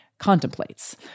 contemplates